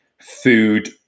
food